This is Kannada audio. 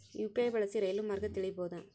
ಯು.ಪಿ.ಐ ಬಳಸಿ ರೈಲು ಮಾರ್ಗ ತಿಳೇಬೋದ?